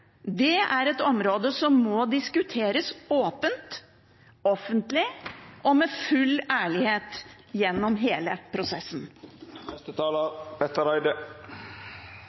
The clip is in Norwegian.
er et område som må diskuteres åpent, offentlig og med full ærlighet gjennom hele prosessen.